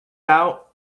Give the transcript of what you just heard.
out